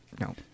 no